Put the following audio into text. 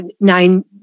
nine